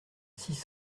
six